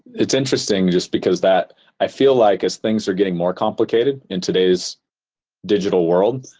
it's interesting just because that i feel like as things are getting more complicated in today's digital world,